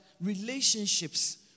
relationships